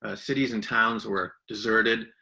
ah cities and towns were deserted,